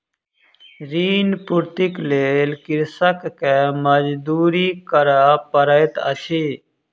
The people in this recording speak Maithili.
ऋण पूर्तीक लेल कृषक के मजदूरी करअ पड़ैत अछि